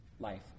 life